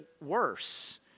worse